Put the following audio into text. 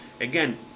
Again